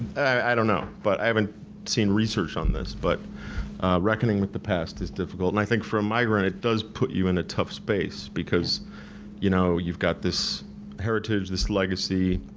i don't know, but i haven't seen research on this, but reckoning with the past is difficult, and i think for a migrant it does put you in a tough space, because you know you've got this heritage, this legacy,